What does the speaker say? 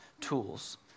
tools